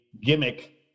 gimmick